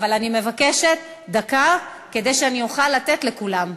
אבל אני מבקשת: דקה, כדי שאני אוכל לתת לכולם,